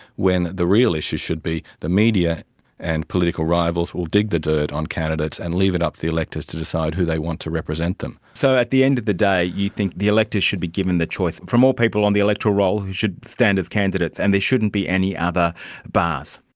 when the real issue should be the media and political rivals will dig the dirt on candidates and leave it up to the electors to decide who they want to represent them. so at the end of the day you think the electors should be given the choice from more people on the electoral roll who should stand as candidates, and they shouldn't be any other bars?